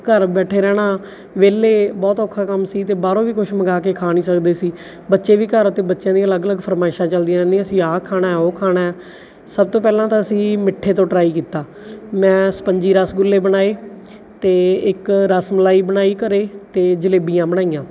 ਘਰ ਬੈਠੇ ਰਹਿਣਾ ਵਿਹਲੇ ਬਹੁਤ ਔਖਾ ਕੰਮ ਸੀ ਅਤੇ ਬਾਹਰੋਂ ਵੀ ਕੁਛ ਮੰਗਾ ਕੇ ਖਾ ਨਹੀ ਸਕਦੇ ਸੀ ਬੱਚੇ ਵੀ ਘਰ ਅਤੇ ਬੱਚਿਆਂ ਦੀਆਂ ਅਲੱਗ ਅਲੱਗ ਫਰਮਾਇਸ਼ਾਂ ਚਲਦੀਆਂ ਰਹਿੰਦੀਆਂ ਸੀ ਆਹ ਖਾਣਾ ਉਹ ਖਾਣਾ ਸਭ ਤੋਂ ਪਹਿਲਾਂ ਤਾਂ ਅਸੀ ਮਿੱਠੇ ਤੋਂ ਟਰਾਈ ਕੀਤਾ ਮੈਂ ਸਪੰਜੀ ਰਸਗੁੱਲੇ ਬਣਾਏ ਅਤੇ ਇੱਕ ਰਸ ਮਲਾਈ ਬਣਾਈ ਘਰ ਅਤੇ ਜਲੇਬੀਆਂ ਬਣਾਈਆਂ